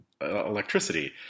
electricity